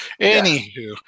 Anywho